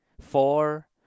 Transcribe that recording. Four